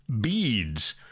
beads